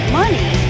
money